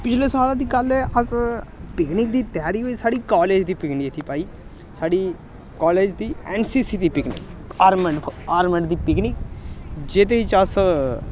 पिछले साल्ला दी गल्ल ऐ अस पिकनिक दी त्यारी होई साढ़ी कालज दी पिकनिक दी थी भाई साढ़ी कालज दी ऐन्न सी सी दी पिकनिक आर्मड फ आर्मड दी पिकनिक जेह्दे च अस